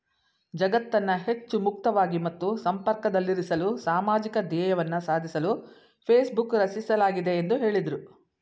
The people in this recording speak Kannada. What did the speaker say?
ಜಗತ್ತನ್ನ ಹೆಚ್ಚು ಮುಕ್ತವಾಗಿ ಮತ್ತು ಸಂಪರ್ಕದಲ್ಲಿರಿಸಲು ಸಾಮಾಜಿಕ ಧ್ಯೇಯವನ್ನ ಸಾಧಿಸಲು ಫೇಸ್ಬುಕ್ ರಚಿಸಲಾಗಿದೆ ಎಂದು ಹೇಳಿದ್ರು